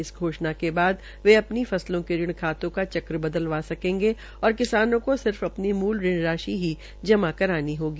इस घोषणा के बाद वे अपनी फसलों के ऋण खातों का चक्र बदलवा सकेंगे और किसानों को सि र्फ अपनी मूल ऋण राशि ही जमा करानी होगी